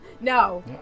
No